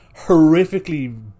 horrifically